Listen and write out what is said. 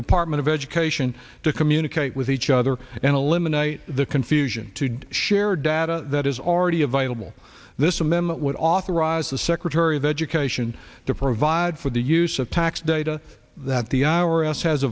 department of education to communicate with each other and eliminate the confusion to share data that is already available this amendment would authorize the secretary of education to provide for the use of tax data that the our s has